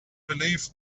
believe